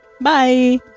bye